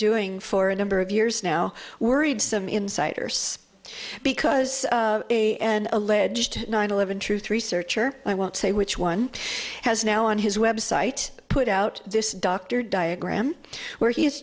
doing for a number of years now worried some insiders because an alleged nine eleven truth researcher i won't say which one has now on his website put out this doctor diagram where he has